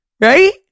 Right